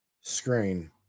screen